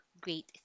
great